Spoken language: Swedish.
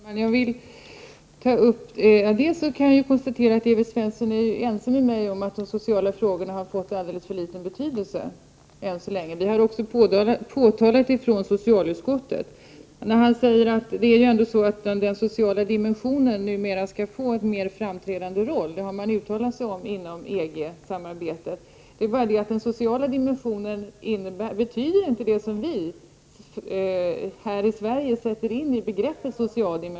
Herr talman! Jag kan konstatera att Evert Svensson är ense med mig om att de sociala frågorna än så länge tillmätts en alldeles för liten betydelse. Det har vi från socialutskottets sida påtalat. Evert Svensson säger att man inom EG-samarbetet har uttalat att den sociala dimensionen numera skall få en mer framträdande roll. Men begreppet den sociala dimensionen betyder inte samma sak inom EG som här i Sverige.